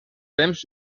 temps